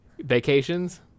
vacations